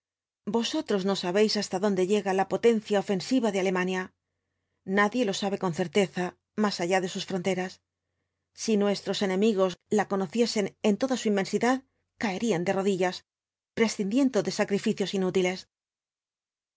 vosotros no sabéis hasta dónde llega la potencia ofensiva de alemania nadie lo sabe con certeza más allá de sus fronteras si nuestros enemigos la conociesen en toda su inmensidad caerían de rodillas prescindiendo de sacrificios iniitiles